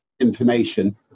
information